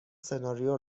سناریو